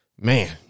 man